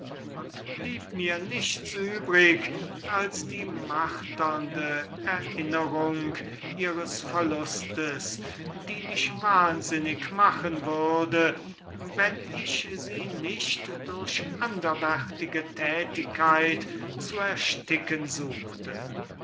und blieb mir nichts übrig als die marternde erinnerung ihres verlustes die mich wahnsinnig machen würde wenn ich sie nicht durch anderwärtige thätigkeit zu ersticken suchte